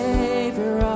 Savior